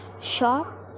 shop